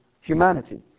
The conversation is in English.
humanity